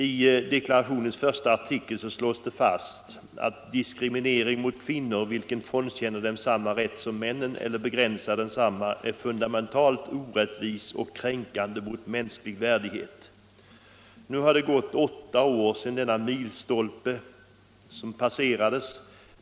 I deklarationens första artikel slås det fast att diskriminering av kvinnor, vilken frånkänner dem samma rätt som männen eller begränsar densamma är fundamentalt orättvis och kränkande mot mänsklig värdighet. Nu har det gått åtta år sedan denna milstolpe passerades.